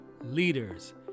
leaders